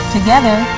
Together